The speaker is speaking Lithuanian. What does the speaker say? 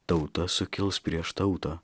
tauta sukils prieš tautą